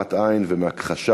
מהעלמת עין ומהכחשה